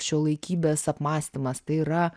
šiuolaikybės apmąstymas tai yra